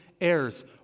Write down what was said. heirs